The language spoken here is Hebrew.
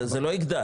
זה לא יגדל.